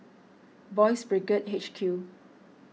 Boys' Brigade H Q